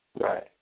Right